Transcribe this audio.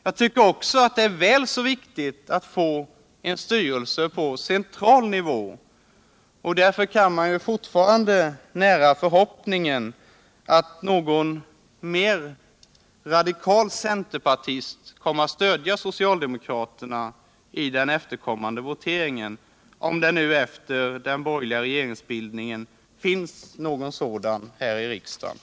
Jag tycker också det är väl så viktigt att få en styrelse på central nivå, och därför kan man ju fortfarande nära förhoppningen att någon mera radikal centerpartist kommer att stödja socialdemokraterna i voteringen — om det nu efter den borgerliga regeringsbildningen finns någon sådan centerpartist här i riksdagen.